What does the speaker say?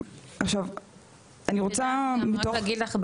אני רוצה להגיד לך,